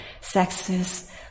sexes